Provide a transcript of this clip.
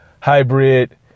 hybrid